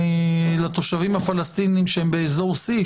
לתושבים הפלסטינים שהם באזור C,